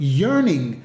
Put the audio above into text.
yearning